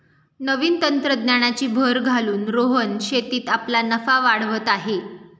नवीन तंत्रज्ञानाची भर घालून रोहन शेतीत आपला नफा वाढवत आहे